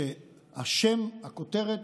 עם השם, הכותרת.